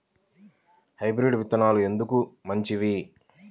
Hybrid విత్తనాలు ఎందుకు మంచివి?